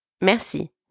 Merci